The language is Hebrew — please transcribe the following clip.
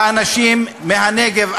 האנשים מהנגב,